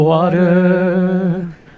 Water